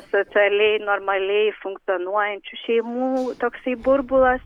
socialiai normaliai funkcionuojančių šeimų toksai burbulas